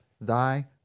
thy